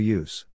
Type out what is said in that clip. use